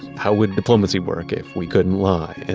how would diplomacy work if we couldn't lie? and,